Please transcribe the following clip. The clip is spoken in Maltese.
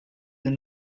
din